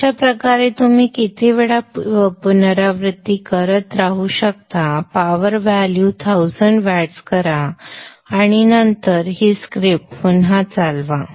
तर अशा प्रकारे तुम्ही कितीही वेळा पुनरावृत्ती करत राहू शकता पॉवर व्हॅल्यू 1000 वॅट्स करा आणि नंतर ही स्क्रिप्ट पुन्हा चालवा